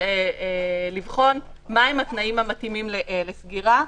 לבחון מה הם התנאים המתאימים לסגירה,